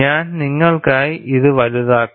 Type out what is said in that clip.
ഞാൻ നിങ്ങൾക്കായി ഇത് വലുതാക്കും